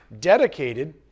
dedicated